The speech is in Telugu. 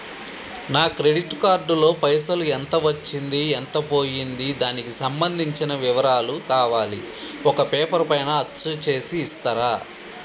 నా క్రెడిట్ కార్డు లో పైసలు ఎంత వచ్చింది ఎంత పోయింది దానికి సంబంధించిన వివరాలు కావాలి ఒక పేపర్ పైన అచ్చు చేసి ఇస్తరా?